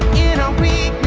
and we